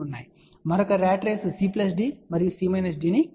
కాబట్టి మరొక rat race C D మరియు C D ని ఇస్తుంది